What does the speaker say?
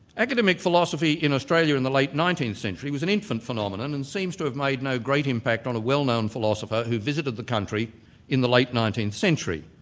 academic philosophy in in the late nineteenth century was an infant phenomenon and seems to have made no great impact on a well known philosopher who visited the country in the late nineteenth century.